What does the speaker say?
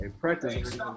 practice